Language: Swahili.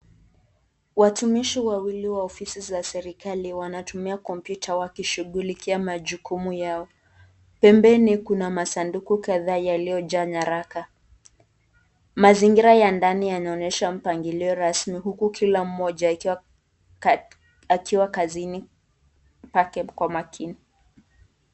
Watumishi wawili wa ofisi za serikali wanatumia kompyuta wakishughulikia majukumu yao. Pembeni kuna masanduku kadhaa yaliyojaa nyaraka. Mazingira ya ndani yanaonyesha mpangilio rasmi huku kila mmoja akiwa kazini pake kwa makini.